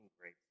great